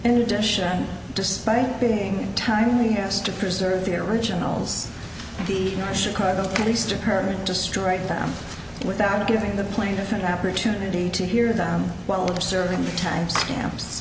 in addition despite being timely asked to preserve the originals and the chicago police department destroyed them without giving the plaintiff an opportunity to hear them while serving time stamps